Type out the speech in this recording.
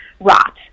rot